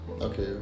okay